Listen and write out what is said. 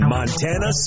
Montana